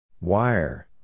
Wire